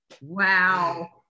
Wow